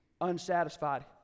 unsatisfied